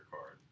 card